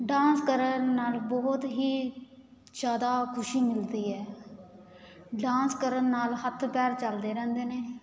dance ਕਰਨ ਨਾਲ ਬਹੁਤ ਹੀ ਜ਼ਿਆਦਾ ਖੁਸ਼ੀ ਮਿਲਦੀ ਹੈ ਡਾਂਸ ਕਰਨ ਨਾਲ ਹੱਥ ਪੈਰ ਚਲਦੇ ਰਹਿੰਦੇ ਨੇ